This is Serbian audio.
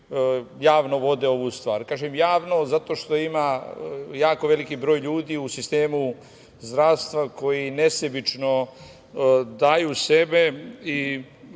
javno vode ovu stvar. Kažem – javno, zato što ima jako veliki broj ljudi u sistemu zdravstva koji nesebično daju sebe i